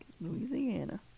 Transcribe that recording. Louisiana